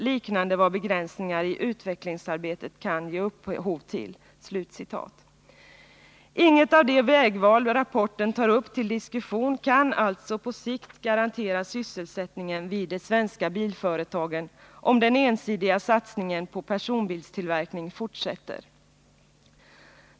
liknande vad begränsningar i utvecklingsarbetet kan ge upphov till”. Inget av de vägval rapporten tar upp till diskussion kan alltså på sikt garantera sysselsättningen vid de svenska bilföretagen, om den ensidiga satsningen på personbilstillverkning fortsätter.